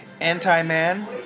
Anti-Man